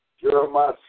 Jeremiah